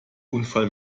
unfall